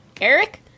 Eric